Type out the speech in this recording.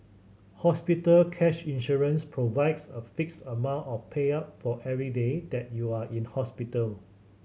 hospital cash insurance provides a fixed amount of payout for every day that you are in hospital